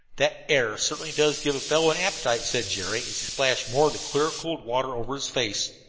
that air certainly does give a fellow an appetite, said jerry, as he splashed more of the clear cold water over his face.